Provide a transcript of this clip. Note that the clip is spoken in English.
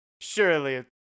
Surely